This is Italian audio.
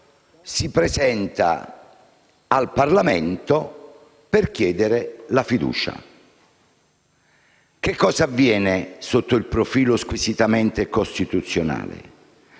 si presenta al Parlamento per chiedere la fiducia. Cosa avviene sotto il profilo squisitamente costituzionale?